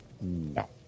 No